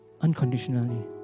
unconditionally